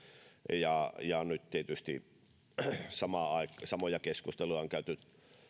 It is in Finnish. ja ja tietysti samoja keskusteluja on käyty